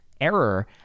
error